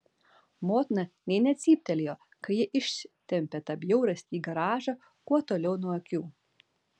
motina nė necyptelėjo kai ji ištempė tą bjaurastį į garažą kuo toliau nuo akių